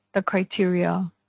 the criteria.